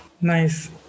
nice